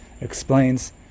explains